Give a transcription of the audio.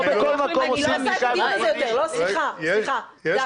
לא בכל מקום עושים --- לא, סליחה, אני